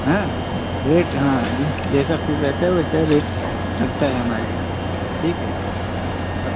हाँ रेट हाँ जे जैसा फूल रहता है वैसा रेट लगता है हमारे यहाँ ठीक है अब